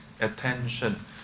attention